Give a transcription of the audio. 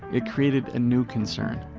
it created a new concern.